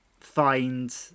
find